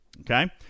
Okay